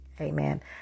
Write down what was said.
Amen